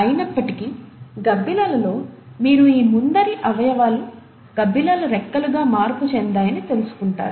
అయినప్పటికీ గబ్బిలాలలో మీరు ఈ ముందరి అవయవాలు గబ్బిలాల రెక్కలుగా మార్పు చెందాయని తెలుసుకుంటారు